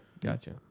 Gotcha